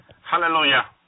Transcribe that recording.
Hallelujah